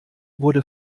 wurde